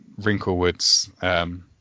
Wrinklewoods